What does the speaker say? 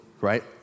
right